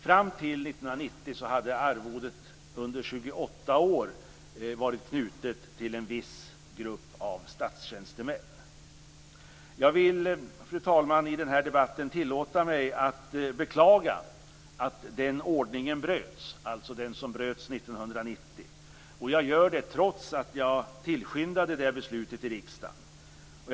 Fram till 1990 hade arvodet under 28 år varit knutet till en viss grupp av statstjänstemän. Jag vill, fru talman, i den här debatten tillåta mig beklaga att den ordningen bröts 1990. Jag gör det trots att jag tillskyndade riksdagens beslut.